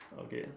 okay